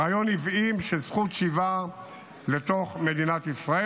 רעיון עוועים, של זכות השיבה לתוך מדינת ישראל.